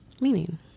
meaning